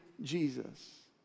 Jesus